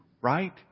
right